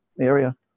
area